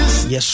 Yes